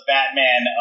Batman